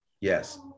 Yes